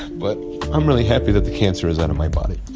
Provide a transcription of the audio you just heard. but i'm really happy that the cancer is out of my body.